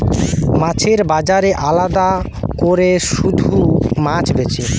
মাছের বাজারে আলাদা কোরে শুধু মাছ বেচে